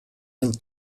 ill